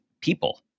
people